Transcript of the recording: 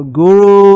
guru